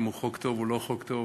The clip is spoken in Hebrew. אם הוא חוק טוב או לא חוק טוב,